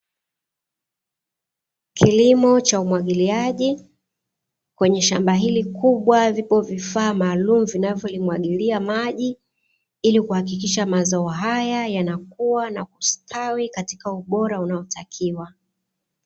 Kilimo cha umwagiliaji kwenye shamba hili kubwa, vipo vifaa maalumu vinavyolimwagilia maji ili kuhakikisha mazao haya yanakua na kustawi katika ubora unaotakiwa.